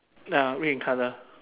ah red in colour